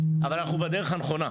אבל אנחנו בדרך הנכונה,